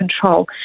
control